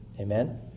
Amen